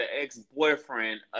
ex-boyfriend